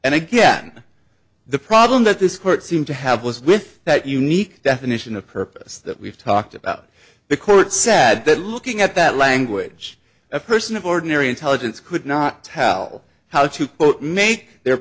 and again the problem that this court seemed to have was with that unique definition of purpose that we've talked about the court said that looking at that language a person of ordinary intelligence could not tell how to make their